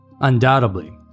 Undoubtedly